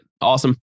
Awesome